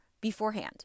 beforehand